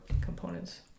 components